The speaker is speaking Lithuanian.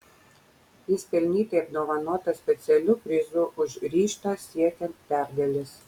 jis pelnytai apdovanotas specialiu prizu už ryžtą siekiant pergalės